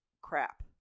crap